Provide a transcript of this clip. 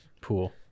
pool